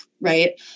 right